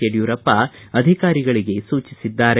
ಯಡಿಯೂರಪ್ಪ ಅಧಿಕಾರಿಗಳಿಗೆ ಸೂಚಿಸಿದ್ದಾರೆ